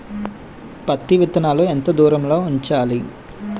పత్తి విత్తనాలు ఎంత దూరంలో ఉంచాలి?